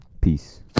peace